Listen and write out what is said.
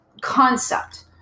concept